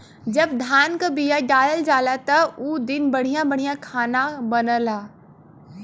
जब धान क बिया डालल जाला त उ दिन बढ़िया बढ़िया खाना बनला